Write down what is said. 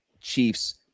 Chiefs